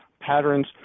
patterns